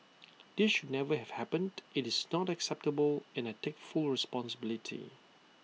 this should never have happened IT is not acceptable and I take full responsibility